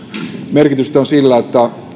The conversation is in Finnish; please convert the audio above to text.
merkitystä on sillä että